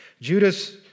Judas